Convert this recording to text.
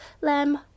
lamb